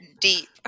deep